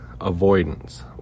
avoidance